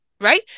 right